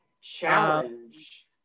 challenge